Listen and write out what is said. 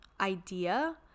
idea